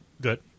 good